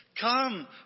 Come